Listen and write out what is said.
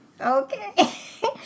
Okay